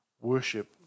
worship